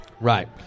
Right